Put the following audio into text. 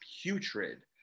putrid